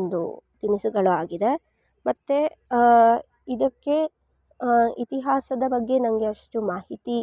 ಒಂದು ತಿನಿಸುಗಳಾಗಿದೆ ಮತ್ತು ಇದಕ್ಕೆ ಇತಿಹಾಸದ ಬಗ್ಗೆ ನಂಗೆ ಅಷ್ಟು ಮಾಹಿತಿ